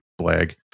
Blag